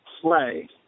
play